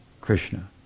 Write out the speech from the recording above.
Krishna